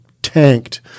tanked